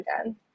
again